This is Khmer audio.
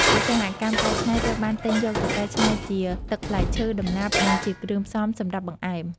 ឧស្សាហកម្មកែច្នៃ ត្រូវបានទិញយកទៅកែច្នៃជាទឹកផ្លែឈើ ដំណាប់ និងជាគ្រឿងផ្សំសម្រាប់បង្អែម។